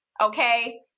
Okay